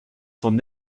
son